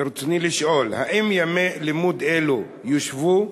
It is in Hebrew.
ברצוני לשאול: 1. האם ימי לימוד אלה יושבו?